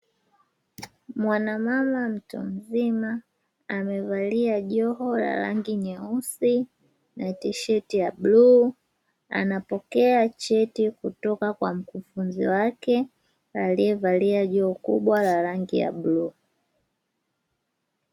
Mwana mama mtu mzima, amevalia joho la rangi nyeusi na tisheti ya bluu. Anapokea cheti kutoka kwa mkufunzi wake, aliyevalia joho kubwa la rangi ya bluu.